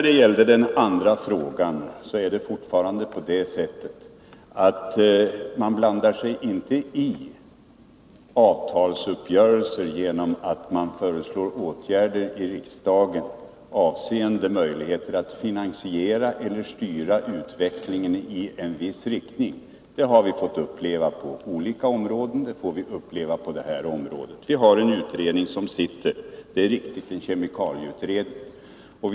Beträffande den andra frågan är det fortfarande på det sättet att man blandar sig inte i avtalsuppgörelser genom att föreslå åtgärder i riksdagen för att genom avgifter styra utvecklingen i en viss riktning. Den principen har vi på andra områden, och den gäller på det här området också. Vi har en utredning, kemikalieutredningen.